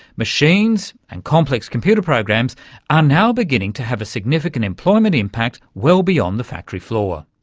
machines and complex computer programs are now beginning to have a significant employment impact well beyond the factory floor.